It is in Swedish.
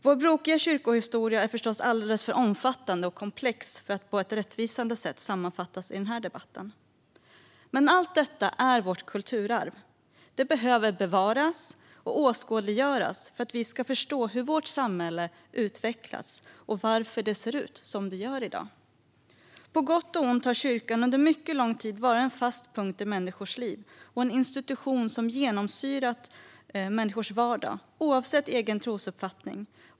Vår brokiga kyrkohistoria är förstås alldeles för omfattande och komplex för att på ett rättvisande sätt sammanfattas i denna debatt. Men allt detta är vårt kulturarv. Det behöver bevaras och åskådliggöras för att vi ska förstå hur vårt samhälle utvecklats och varför det ser ut som det gör i dag. På gott och ont har kyrkan under en mycket lång tid varit en fast punkt i människors liv och en institution som har genomsyrat människors vardag oavsett trosuppfattning.